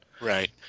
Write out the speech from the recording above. Right